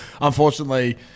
unfortunately